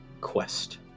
quest